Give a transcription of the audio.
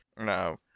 No